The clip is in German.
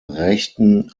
rechten